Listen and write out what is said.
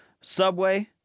Subway